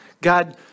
God